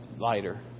lighter